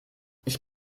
ich